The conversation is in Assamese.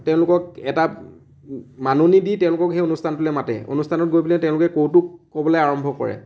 তেওঁলোকক এটা মাননী দি তেওঁলোকক সেই অনুষ্ঠানটোলে মাতে অনুষ্ঠানত গৈ পেলাই তেওঁলোকে কৌতুক ক'বলে আৰম্ভ কৰে